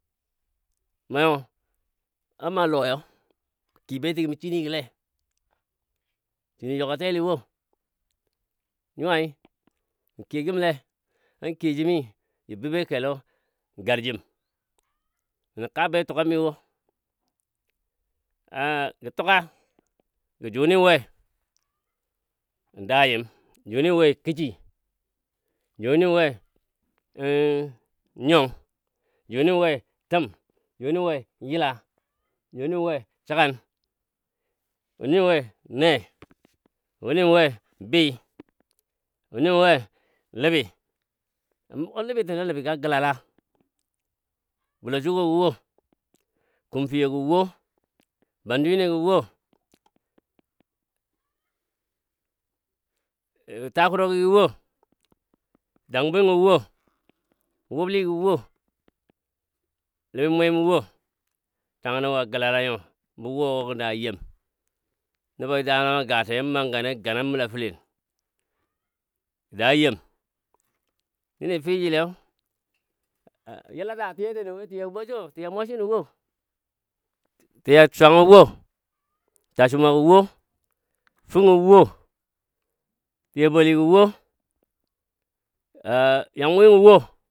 Məu na ma lɔyo kiyo beti gəm shini gɔle, shini yugateli wo nyuwai mə kiyo gəmle na kiyo jimi ja bəbboi kelo n'garjim mə nə ka be tugami wo gə tuga gə juni we? mə daayim, juni we? kishi juni we? nyong, juni we? təm, juni we? yəla, wuni we səgan wuni we? ne, wuni we? bɨɨ, wuni we? ləbi a mugɔ ləbitini ləbi ga gəlala bulasɔgo gə wo, kumfiyo gə wo, bandwinegə wo, takurogi wo, dan bwingɔ wo, wubli gɔ wo, ləbi mwemo wo, tangəno woa galalanyo, bə wou na yem nəbɔ dam a gatəi nan mam gani a ganni a məla fəlen. je daa yem wuni fii ji leyo yəla da tiya tənə wo tə you bwa sɔ tiya mwasənɔ wo, tiya swangɔ wo tasəma gə wo, fəngɔ wo, tiya boli gə wo yan wingɔ wo.